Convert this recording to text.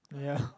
ya